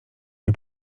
nie